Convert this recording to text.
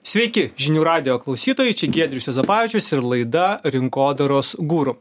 sveiki žinių radijo klausytojai čia giedrius juozapavičius ir laida rinkodaros guru